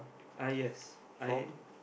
uh yes I